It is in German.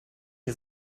ihr